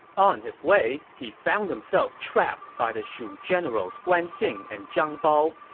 on his way, he found himself trapped by the shu generals guan xing and zhang bao.